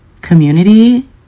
community